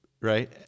right